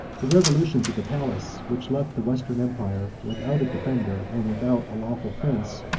the revolutions of the palace, which left the western empire without a defender, and without a lawful prince,